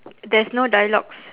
there's no dialogues